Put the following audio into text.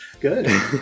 Good